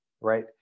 right